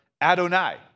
Adonai